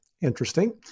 Interesting